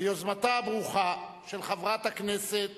ביוזמתה הברוכה של חברת הכנסת